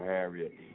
Harriet